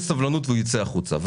סובלנות והוא יצא החוצה.